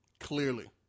clearly